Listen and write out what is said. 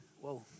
Whoa